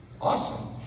Awesome